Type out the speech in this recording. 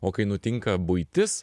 o kai nutinka buitis